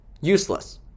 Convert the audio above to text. Useless